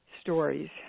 stories